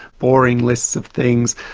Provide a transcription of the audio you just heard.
boring lists of things,